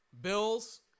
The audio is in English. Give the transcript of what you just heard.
Bills